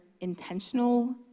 intentional